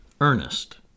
Ernest